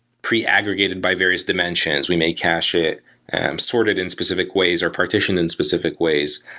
pre-aggregated by various dimensions. we may cache it sorted in specific ways or partitioned in specific ways.